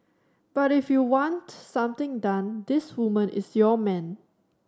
but if you want something done this woman is your man